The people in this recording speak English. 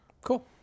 Cool